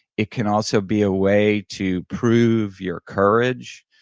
it can also be a way to prove your courage,